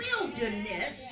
wilderness